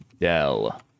Dell